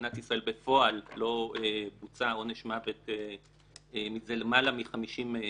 במדינת ישראל בפועל לא בוצע עונש מוות מזה למעלה מ-50 שנה.